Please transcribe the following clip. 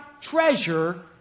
treasure